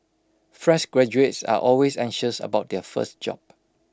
fresh graduates are always anxious about their first job